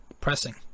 pressing